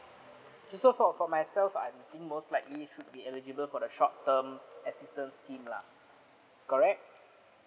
kay~ so for for myself I think most likely should be eligible for the short term assistance scheme lah correct